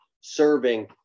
serving